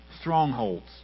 strongholds